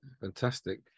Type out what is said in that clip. fantastic